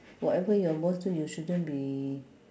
whatever your boss do you shouldn't be